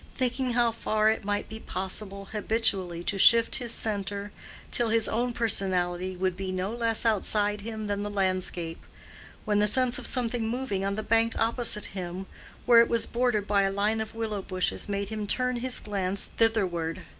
thinking how far it might be possible habitually to shift his centre till his own personality would be no less outside him than the landscape when the sense of something moving on the bank opposite him where it was bordered by a line of willow bushes, made him turn his glance thitherward.